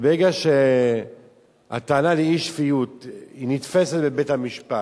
וברגע שהטענה לאי-שפיות נתפסת בבית-המשפט,